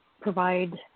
provide